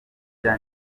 rya